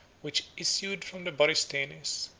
which issued from the borysthenes,